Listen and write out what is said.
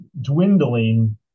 dwindling